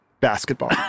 basketball